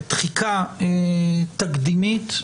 בתחיקה תקדימית.